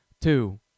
Two